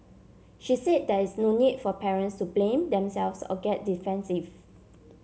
she said there is no need for parents to blame themselves or get defensive